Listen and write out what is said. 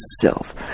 self